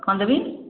କ'ଣ ଦେବି